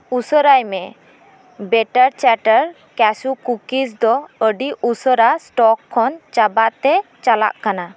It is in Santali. ᱩᱥᱟᱹᱨᱟᱭ ᱢᱮ ᱵᱮᱴᱟᱨ ᱪᱮᱴᱟᱨ ᱠᱮᱥᱳ ᱠᱩᱠᱤᱡᱽ ᱫᱚ ᱟᱹᱰᱤ ᱩᱥᱟᱹᱨᱟ ᱥᱴᱚᱠ ᱠᱷᱚᱱ ᱪᱟᱵᱟᱜ ᱛᱮ ᱪᱟᱞᱟᱜ ᱠᱟᱱᱟ